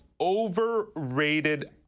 overrated